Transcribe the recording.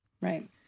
Right